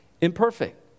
imperfect